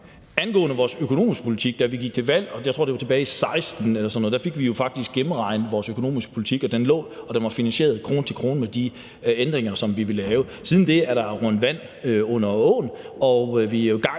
Angående vores økonomiske politik: Før vi gik til valg – jeg tror, det var tilbage i 2016 – fik vi jo faktisk gennemregnet vores økonomiske politik, og den var finansieret krone til krone med de ændringer, som vi ville lave. Siden da er der løbet vand i åen, og vi er jo i gang